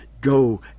go